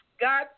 God